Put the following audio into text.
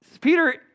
Peter